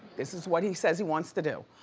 this is what he says he wants to do.